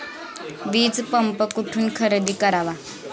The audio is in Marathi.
वीजपंप कुठून खरेदी करावा?